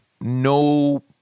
no